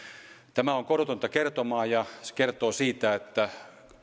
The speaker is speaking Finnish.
tämä on korutonta kertomaa ja se kertoo siitä että